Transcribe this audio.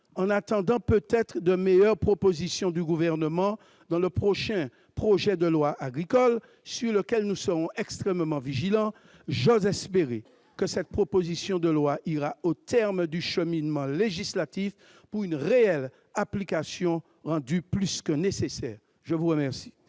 En attendant, peut-être, de meilleures propositions du Gouvernement dans le cadre du prochain projet de loi agricole, sur lequel nous serons extrêmement vigilants, j'ose espérer que cette proposition de loi ira au terme de son cheminement législatif pour une réelle application, rendue plus que nécessaire ! La parole